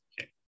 okay